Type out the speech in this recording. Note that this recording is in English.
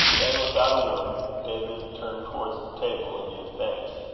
then, without a word, david turned towards the table and gave thanks.